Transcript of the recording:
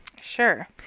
Sure